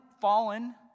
fallen